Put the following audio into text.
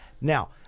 now